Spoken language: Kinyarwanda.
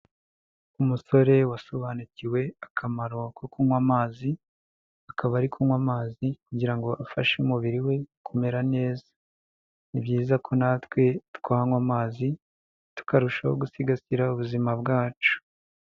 Umusore wasobanukiwe akamaro ko kunywa amazi, akaba ari kunywa amazi kugira ngo afashe umubiri we kumera neza. Ni byiza ko natwe twanywa amazi tukarushaho gusigasira ubuzima bwacu.